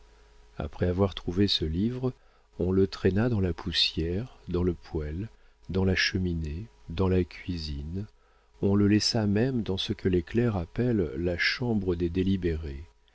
après avoir trouvé ce livre on le traîna dans la poussière dans le poêle dans la cheminée dans la cuisine on le laissa même dans ce que les clercs appellent la chambre des délibérés